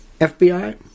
FBI